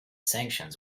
sanctions